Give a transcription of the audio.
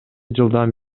жылдан